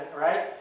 right